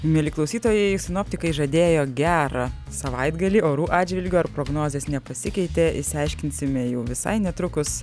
mieli klausytojai sinoptikai žadėjo gerą savaitgalį orų atžvilgiu ar prognozės nepasikeitė išsiaiškinsime jau visai netrukus